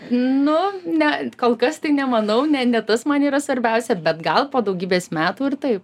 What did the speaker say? nu ne kol kas tai nemanau ne ne tas man yra svarbiausia bet gal po daugybės metų ir taip